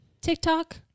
TikTok